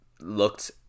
looked